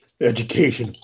Education